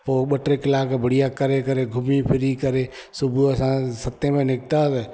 पोइ ॿ टे कलाक बढ़िया करे करे घुमी फिरी करे सुबुह असां सते में निकिता